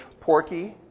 Porky